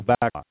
back